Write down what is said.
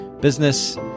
business